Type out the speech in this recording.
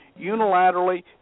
unilaterally